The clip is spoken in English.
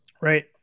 right